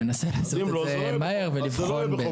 ננסה לעשות את זה מהר ולבחון באמת.